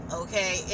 okay